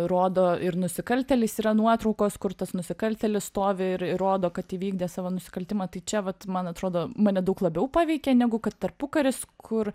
rodo ir nusikaltėlis yra nuotraukos kur tas nusikaltėlis stovi ir rodo kad įvykdė savo nusikaltimą tai čia vat man atrodo mane daug labiau paveikė negu kad tarpukaris kur